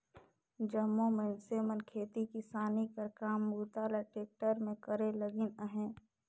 जम्मो मइनसे मन खेती किसानी कर काम बूता ल टेक्टर मे करे लगिन अहे